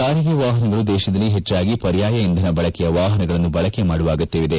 ಸಾರಿಗೆ ವಾಹನಗಳು ದೇಶದಲ್ಲಿ ಹೆಚ್ಚಾಗಿ ಪರ್ಯಾಯ ಇಂಧನ ಬಳಕೆಯ ವಾಹನಗಳನ್ನು ಬಳಕೆ ಮಾಡುವ ಅಗತ್ಯವಿದೆ